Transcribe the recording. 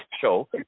show